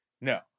No